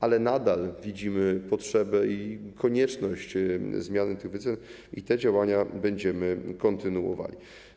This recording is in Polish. Ale nadal widzimy potrzebę i konieczność zmiany tych wycen i te działania będziemy kontynuowali.